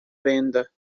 venda